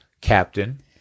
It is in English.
Captain